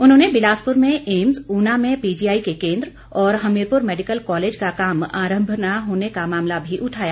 उन्होंने बिलासपुर में एम्स ऊना में पीजीआई के केंद्र और हमीरपुर मेडिकल कालेज का काम आरभ न होने का मामला भी उठाया